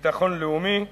לביטחון לאומי,